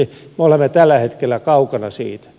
me olemme tällä hetkellä kaukana siitä